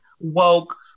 woke